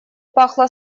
пахло